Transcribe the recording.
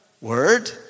word